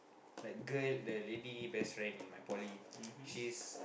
like girl the lady best friend in my poly she's